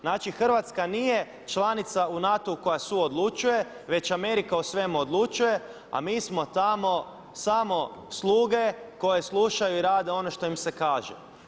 Znači Hrvatska nije članica u NATO-u koja su odlučuje već Amerika o svemu odlučuje a mi smo tamo samo sluge koje slušaju i rade ono što im se kaže.